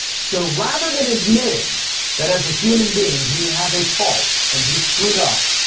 so rather than admitting that as a human being, he has a fault and he screwed up.